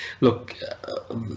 look